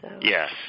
Yes